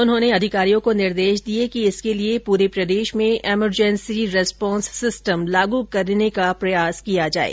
उन्होंने अधिकारियों को निर्देश दिए कि इसके लिए पूरे प्रदेश में इमरजेंसी रेस्पोंस सिस्टम लागू करे का प्रयास किया जाये